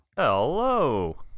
Hello